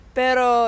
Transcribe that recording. pero